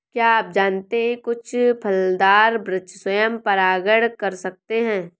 क्या आप जानते है कुछ फलदार वृक्ष स्वयं परागण कर सकते हैं?